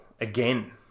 again